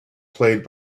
played